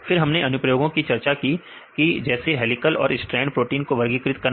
फिर हमने अनुप्रयोगों की चर्चा की जैसे हेलीकल और स्ट्रैंड प्रोटीन को वर्गीकृत करना